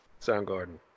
Soundgarden